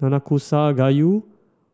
Nanakusa Gayu